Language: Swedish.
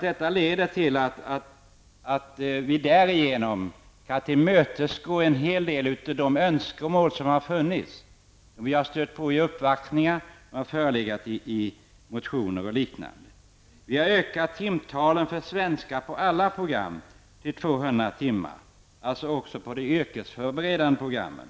Detta leder till att vi därigenom kan tillmötesgå en hel del av de önskemål som funnits, som vi stött på vid uppvaktningar och som förelegat i motioner. Vi har ökat timtalet för svenska inom alla program till 200 timmar, dvs. också i de yrkesförberedande programmen.